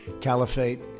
caliphate